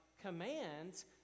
commands